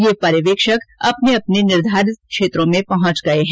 ये पर्यवेक्षक अपने अपने निर्धारित क्षेत्रों में पहुंच गये हैं